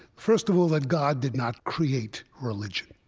first of all, that god did not create religion.